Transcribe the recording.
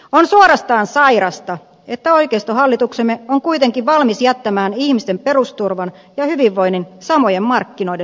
on suorastaan sairasta että oikeistohallituksemme on kuitenkin valmis jättämään ihmisten perusturvan ja hyvinvoinnin samojen markkinoiden hoidettavaksi